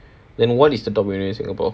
then what is the top uni in singapore